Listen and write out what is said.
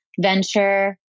venture